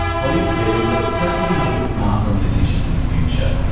what is clear is that it's certainly made its mark on the digital future.